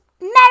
Merry